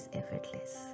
effortless